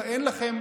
כמה זה בגימטרייה?